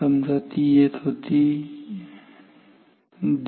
समजा ती येत होती 1